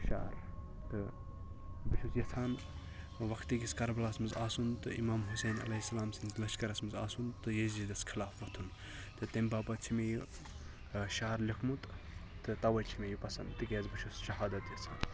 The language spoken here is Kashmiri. شعر تہٕ بہٕ چھُس یَژھان وَقتہٕ کِس کَربَلاہَس مَنٛز آسُن تہٕ اِمام حُسین علیہ سَلام سِنٛدِس لَشکَرَس مَنٛز آسُن تہٕ یزیٖدَس خٕلاف ووٚتھُن تہٕ تمہِ باپَتھ چھِ مےٚ یہِ شعر لیٚوکھمُت تہٕ تَوَے چھُ مےٚ یہِ پَسَنٛد تکیازِ بہٕ چھُس شَہادَت یَژھان